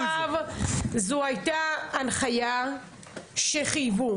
עד עכשיו זו הייתה הנחיה שחייבו.